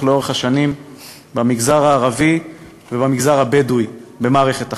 לאורך שנים במגזר הערבי ובמגזר הבדואי במערכת החינוך.